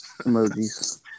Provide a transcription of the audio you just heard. emojis